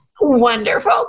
Wonderful